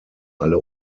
alle